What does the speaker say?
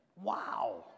Wow